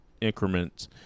increments